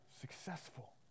successful